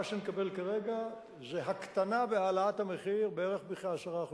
מה שנקבל כרגע זה הקטנה בהעלאת המחיר בערך בכ-10%,